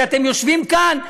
שאתם יושבים כאן,